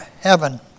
heaven